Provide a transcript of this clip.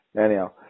Anyhow